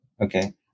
Okay